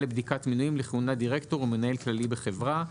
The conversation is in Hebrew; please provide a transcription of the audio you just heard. לבדיקת מינויים לכהונת דירקטור ומנהל כללי בחברה.